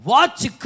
Watch